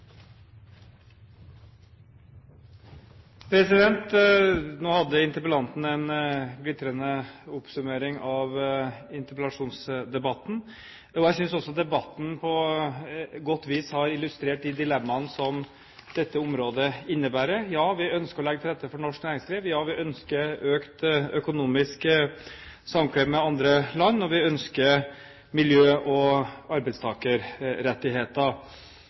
avtaler. Nå hadde interpellanten en glitrende oppsummering av interpellasjonsdebatten. Jeg synes også debatten på godt vis har illustrert de dilemmaene som dette området innebærer. Ja, vi ønsker å legge til rette for norsk næringsliv. Ja, vi ønsker økt økonomisk samkvem med andre land. Og vi ønsker miljø og arbeidstakerrettigheter.